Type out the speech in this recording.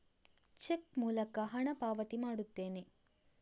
check ಮೂಲಕ ಹಣ ಪಾವತಿ ಮಾಡುತ್ತೇನೆ